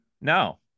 no